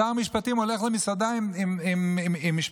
שר המשפטים הולך למסעדה עם משפחתו,